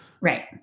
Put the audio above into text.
Right